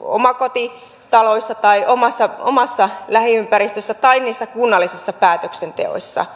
omakotitaloissa tai omassa omassa lähiympäristössä tai niissä kunnallisissa päätöksenteoissa